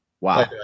wow